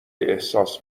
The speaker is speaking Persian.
احساس